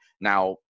now